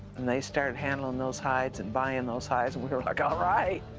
and they started handling those hides and buying those hides, and we were like, all right!